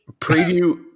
Preview